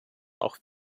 auch